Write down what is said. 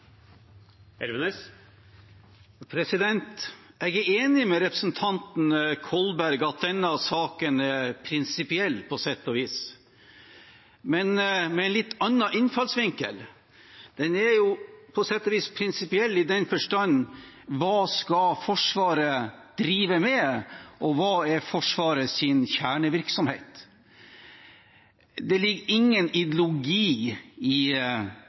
enig med representanten Kolberg i at denne saken på sett og vis er prinsipiell, men med en litt annen innfallsvinkel. Den er prinsipiell i denne forstand: Hva skal Forsvaret drive med, og hva er Forsvarets kjernevirksomhet? Det ligger ingen ideologi i